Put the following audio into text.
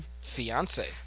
Fiance